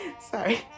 Sorry